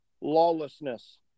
lawlessness